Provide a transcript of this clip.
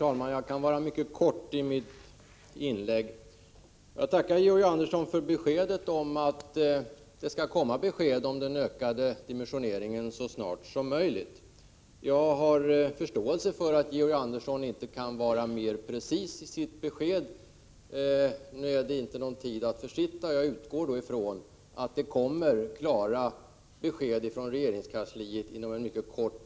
Herr talman! Jag skall fatta mig kort. Jag tackar Georg Andersson för beskedet om att det skall komma besked om den ökade dimensioneringen så snart som möjligt. Jag har förståelse för att Georg Andersson inte kan vara mer precis än så. Nu är det ingen tid att försitta, varför jag utgår från att det kommer ett klart besked från regeringskansliet inom kort.